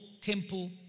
temple